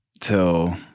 till